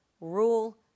rule